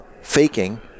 faking